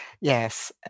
yes